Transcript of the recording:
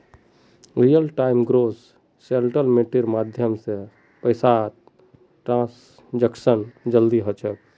real time gross सेटलमेंटेर माध्यम स पैसातर ट्रांसैक्शन जल्दी ह छेक